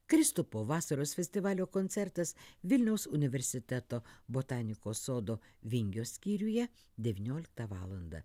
kristupo vasaros festivalio koncertas vilniaus universiteto botanikos sodo vingio skyriuje devynioliktą valandą